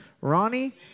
Ronnie